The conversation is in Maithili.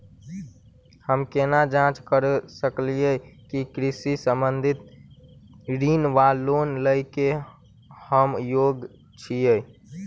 हम केना जाँच करऽ सकलिये की कृषि संबंधी ऋण वा लोन लय केँ हम योग्य छीयै?